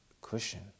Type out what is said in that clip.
cushion